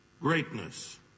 Greatness